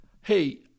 hey